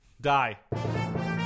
Die